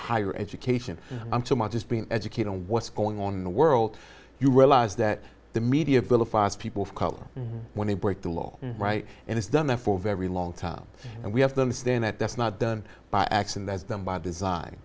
higher education i'm so much just being educated on what's going on in the world you realize that the media vilifies people of color when they break the law right and it's done there for very long time and we have to understand that that's not done by acts and that's done by design